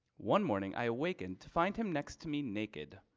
one morning i awakened to find him next to me naked.